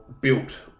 built